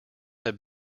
have